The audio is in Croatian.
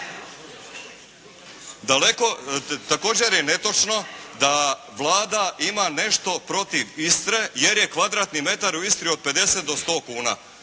također je netočno da Vlada ima nešto protiv Istre jer je kvadratni metar u Istri od 50 do 100 kuna.